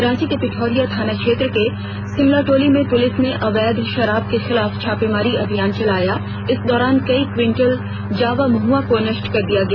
रांची के पिठौरिया थाना क्षेत्र के सिमलटोली में पुलिस ने अवैध शराब के खिलाफ छापेमारी अभियान चलाया इस दौरान कई क्विंटल जावा महुआ को नष्ट कर दिया गया